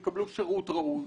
שאנשים יקבלו שירות ראוי.